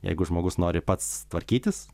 jeigu žmogus nori pats tvarkytis